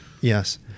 yes